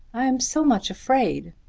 i am so much afraid.